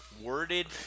worded